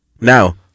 Now